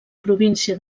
província